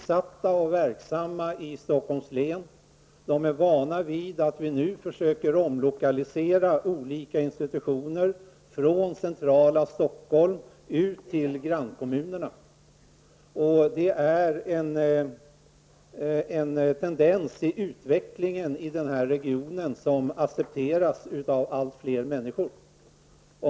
Stockholms län är vana vid att vi nu försöker omlokalisera institutioner från centrala Stockholm till grannkommunerna. Det är en tendens i utvecklingen i den här regionen som accepteras av allt fler människor.